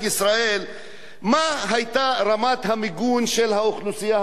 מה היתה רמת המיגון של האוכלוסייה הערבית במדינת ישראל?